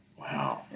Wow